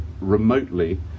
remotely